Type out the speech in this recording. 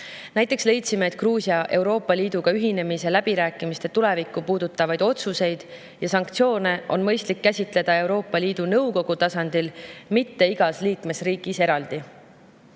Näiteks leidsime, et Gruusia Euroopa Liiduga ühinemise läbirääkimiste tulevikku puudutavaid otsuseid ja sanktsioone on mõistlik käsitleda Euroopa Liidu Nõukogu tasandil, mitte igas liikmesriigis eraldi. Nii